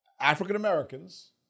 African-Americans